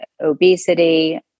obesity